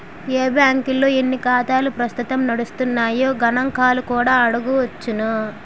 ఏ బాంకుల్లో ఎన్ని ఖాతాలు ప్రస్తుతం నడుస్తున్నాయో గణంకాలు కూడా అడగొచ్చును